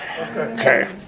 Okay